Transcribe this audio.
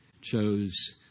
chose